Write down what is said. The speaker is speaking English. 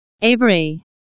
Avery